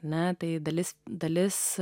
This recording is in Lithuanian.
metai dalis dalis